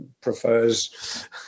prefers